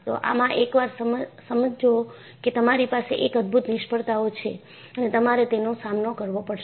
તો આમાં એકવાર સમજો કે તમારી પાસે એક અદભૂત નિષ્ફળતાઓ છે અને તમારે તેનો સામનો કરવો પડશે